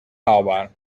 haalbaar